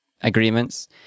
agreements